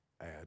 add